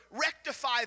rectify